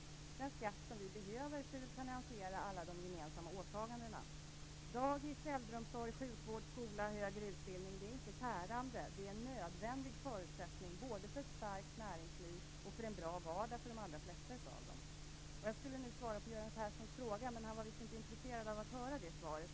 Vi behöver den skatten för att finansiera alla gemensamma åtaganden. Dagis, äldreomsorg, sjukvård, skola och högre utbildning är inte tärande, utan det är nödvändiga förutsättningar både för ett starkt näringsliv och för en bra vardag för de allra flesta av oss. Jag skulle nu vilja svara på Göran Perssons fråga, men han var visst inte intresserad av att höra det svaret.